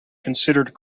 considered